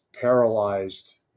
paralyzed